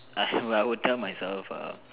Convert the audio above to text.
ah I would tell myself err